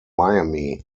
miami